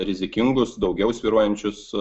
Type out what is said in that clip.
rizikingus daugiau svyruojančius